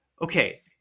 Okay